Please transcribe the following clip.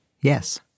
Yes